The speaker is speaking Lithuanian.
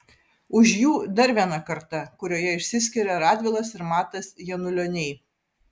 už jų dar viena karta kurioje išsiskiria radvilas ir matas janulioniai